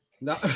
No